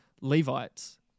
Levites